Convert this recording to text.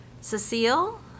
Cecile